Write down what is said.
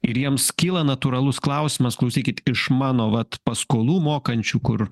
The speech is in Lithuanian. ir jiems kyla natūralus klausimas klausykit iš mano vat paskolų mokančių kur